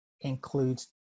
includes